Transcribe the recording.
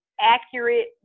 accurate